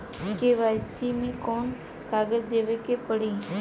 KYC मे कौन कौन कागज देवे के पड़ी?